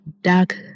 dark